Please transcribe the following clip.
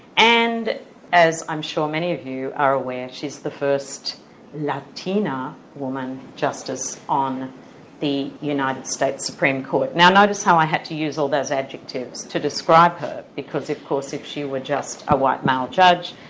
and as i'm sure many of you are aware, she's the first latina woman justice on the united states supreme court. now notice how i had to use all those adjectives to describe her, because of course if she were just a white male judge,